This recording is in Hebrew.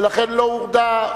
ולכן לא הורדה.